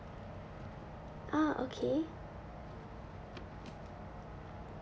ah okay